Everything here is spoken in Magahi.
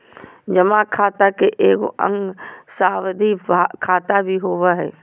जमा खाता के एगो अंग सावधि खाता भी होबो हइ